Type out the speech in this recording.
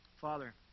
Father